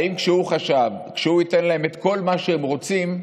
האם כשהוא חשב שהוא ייתן להם כל מה שהם רוצים,